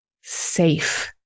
safe